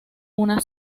una